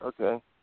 okay